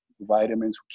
vitamins